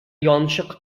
янчык